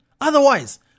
Otherwise